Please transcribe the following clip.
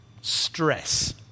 Stress